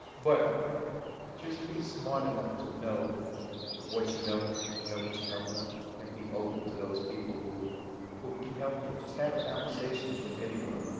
but just be smart enough to know what you know and know what you don't know and be open to those people who who can help you. and just have a conversation with anyone,